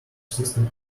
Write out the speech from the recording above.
system